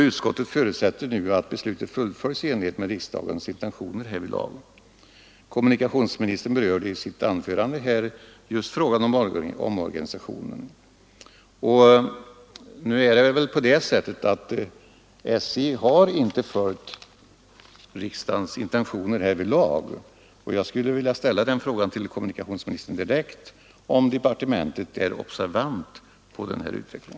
Utskottet förutsätter att beslutet fullföljs i enlighet med riksdagens intentioner härvidlag. Kommunikationsministern berörde i sitt anförande frågan om omorganisationen. Nu har väl SJ inte följt riksdagens intentioner härvidlag, och jag skulle vilja fråga kommunikationsministern direkt om departementet har sin uppmärksamhet riktad på denna utveckling.